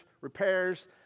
repairs